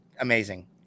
amazing